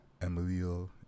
Emilio